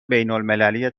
بینالمللی